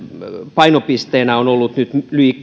painopisteenä on ollut nyt